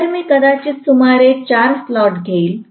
तर मी कदाचित सुमारे 4 स्लॉट घेइल